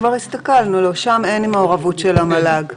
כבר הסתכלנו, שם אין מעורבות של המל"ג.